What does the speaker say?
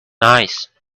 nice